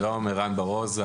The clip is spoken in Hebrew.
שלום, ערן בר עוז.